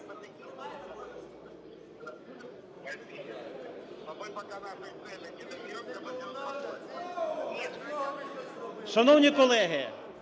Шановні колеги!